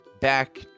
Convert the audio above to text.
back